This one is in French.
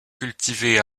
cultivé